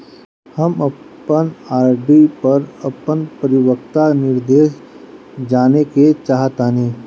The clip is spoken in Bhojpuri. हम अपन आर.डी पर अपन परिपक्वता निर्देश जानेके चाहतानी